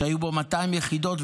שהיו בו 200 יחידות,